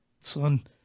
son